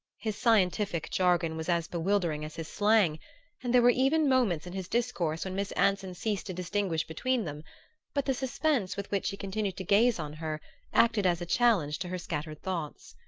his scientific jargon was as bewildering as his slang and there were even moments in his discourse when miss anson ceased to distinguish between them but the suspense with which he continued to gaze on her acted as a challenge to her scattered thoughts.